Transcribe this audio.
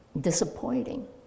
disappointing